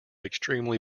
extremely